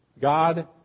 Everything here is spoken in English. God